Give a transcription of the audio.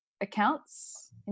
accounts